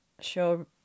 show